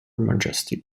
majesty